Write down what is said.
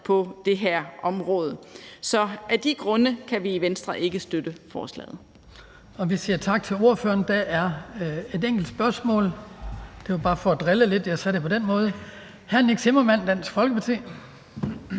på det her område. Så af de grunde kan vi i Venstre ikke støtte forslaget.